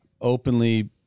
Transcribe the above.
openly